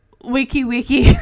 wiki-wiki-